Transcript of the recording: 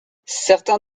certains